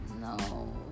No